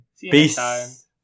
Peace